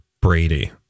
Brady